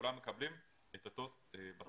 כולם מקבלים את אותה משכורת.